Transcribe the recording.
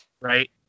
Right